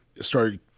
started